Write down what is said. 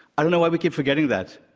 i don't know why we keep forgetting that.